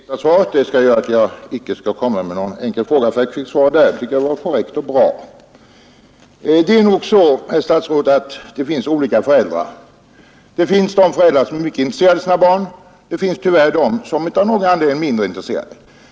Herr talman! Jag tackar herr statsradet för svaret. Jag skall inte komma med nägon enkel fråga, ty jag har fått ett svar som jag tyckte var korrekt och bra. Det är nog sa, herr statsråd, att det finns olika föräldrar. Det finns föräldrar som är mycket intresserade av sina barns studiegang, men det finns tyvärr också föräldrar som av någon anledning är mindre intresserade.